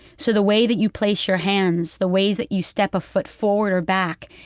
so the way that you place your hands, the ways that you step a foot forward or back,